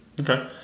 Okay